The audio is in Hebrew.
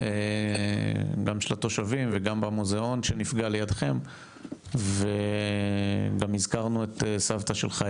גם של התושבים וגם במוזיאון שנפגע לידכם וגם הזכרנו את סבתא שלך,